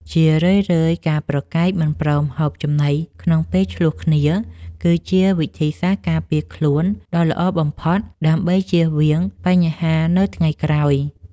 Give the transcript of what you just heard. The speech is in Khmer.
ជារឿយៗការប្រកែកមិនព្រមហូបចំណីក្នុងពេលឈ្លោះគ្នាគឺជាវិធីសាស្ត្រការពារខ្លួនដ៏ល្អបំផុតដើម្បីចៀសវាងបញ្ហានៅថ្ងៃក្រោយ។